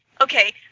Okay